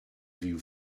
view